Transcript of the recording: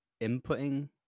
inputting